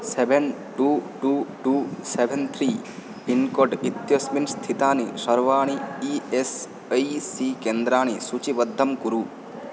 seven two two two seven three pincode इत्यस्मिन् स्थितानि सर्वाणि ई एस् ऐ सी केन्द्राणि सूचिबद्धं कुरु